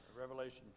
Revelation